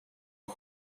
och